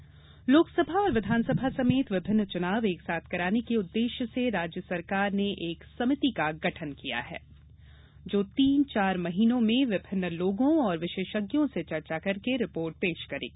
चुनाव समिति लोकसभा और विघानसभा समेत विभिन्न चुनाव एकसाथ कराने के उद्देश्य से राज्य सरकार ने एक समिति का गठन किया है जो तीन चार महीनों में विभिन्न लोगों और विशेषज्ञों से चर्चा करके रिपोर्ट पेश करेगी